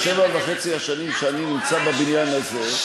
בשבע וחצי השנים שאני נמצא בבניין הזה,